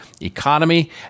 economy